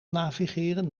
navigeren